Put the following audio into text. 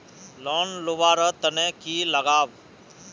Loan लुवा र तने की लगाव?